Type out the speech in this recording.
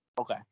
Okay